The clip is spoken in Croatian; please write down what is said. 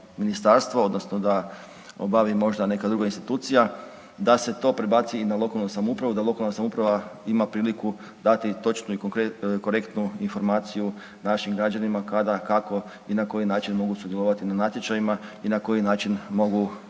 ministarstvo odnosno da obavi možda neka druga institucija, da se to prebaci i na lokalnu samoupravu da lokalna samouprava ima priliku dati točnu i korektnu informaciju našim građanima kada, kako i na koji način mogu sudjelovati na natječajima i na koji način mogu